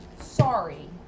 sorry